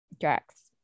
Drax